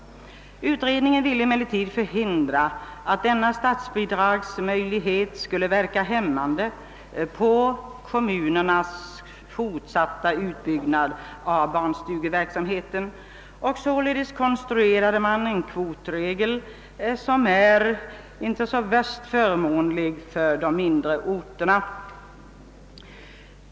Utredningen ville emellertid förhindra att denna statsbidragsmöjlighet skulle verka hemmande på kommunernas fortsatta utbyggnad av barnstugeverksamheten. Man konstruerade således en kvotregel som inte är så förmånlig för de mindre. orterna.